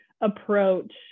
approach